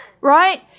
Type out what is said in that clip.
Right